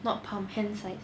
not palm hand size